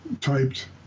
typed